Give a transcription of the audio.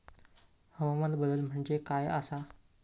हवामान बदल म्हणजे काय आसा?